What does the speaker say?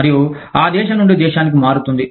మరియు అది దేశం నుండి దేశానికి మారుతుంది